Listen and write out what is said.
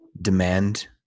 demand